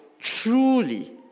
truly